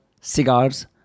cigars